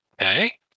Okay